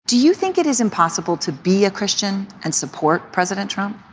do you think it is impossible to be a christian and support president trump?